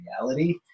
reality